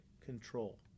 control